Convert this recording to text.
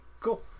cool